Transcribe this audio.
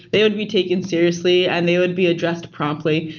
they would be taken seriously and they would be addressed promptly.